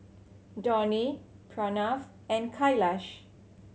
Dhoni Pranav and Kailash